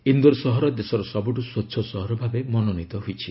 ଇନ୍ଦୋର ସହର ଦେଶର ସବୁଠୁ ସ୍ୱଚ୍ଚ ସହର ଭାବେ ମନୋନୀତ ହୋଇଛି